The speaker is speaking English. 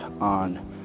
on